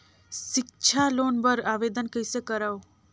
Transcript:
सिक्छा लोन बर आवेदन कइसे करव?